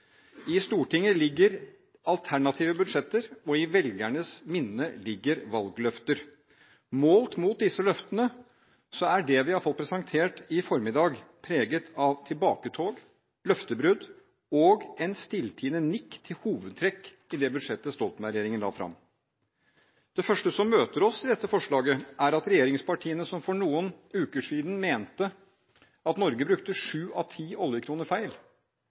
I Stortinget ligger alternative budsjetter, og i velgernes minne ligger valgløfter. Målt mot disse løftene er det som vi har fått presentert i formiddag, preget av tilbaketog, løftebrudd og en stilltiende nikk til hovedtrekk i det budsjettet Stoltenberg-regjeringen la fram. Det første som møter oss i dette forslaget, er at regjeringspartiene som for noen uker siden mente at Norge brukte sju av ti oljekroner feil,